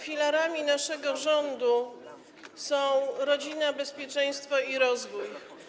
Filarami naszego rządu są rodzina, bezpieczeństwo i rozwój.